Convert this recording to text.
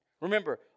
Remember